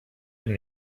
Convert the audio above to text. eben